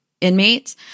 inmates